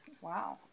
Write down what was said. Wow